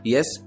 Yes